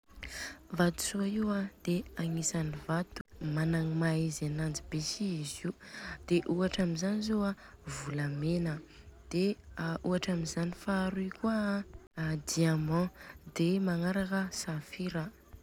Vato soa Io an de agnisany vato managna i maha izy ananjy be si izy io, de ohatra amizany zô a de volamena, de ohatra amizany faharoy kôa an diamagna, de magnaraka safira.